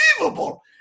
unbelievable